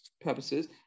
purposes